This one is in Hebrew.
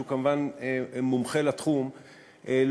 שהוא כמובן מומחה לתחום,